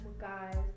guys